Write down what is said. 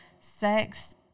sex